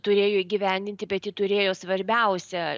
turėjo įgyvendinti bet ji turėjo svarbiausią